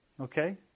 Okay